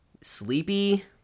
Sleepy